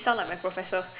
sound like my professor